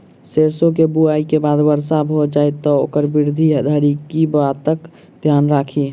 सैरसो केँ बुआई केँ बाद वर्षा भऽ जाय तऽ ओकर वृद्धि धरि की बातक ध्यान राखि?